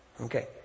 Okay